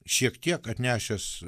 šiek tiek atnešęs